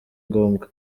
ngombwa